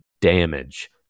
damage